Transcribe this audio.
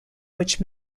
which